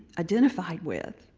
identified with,